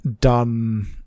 done